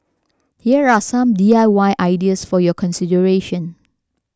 here are some D I Y ideas for your consideration